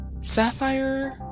Sapphire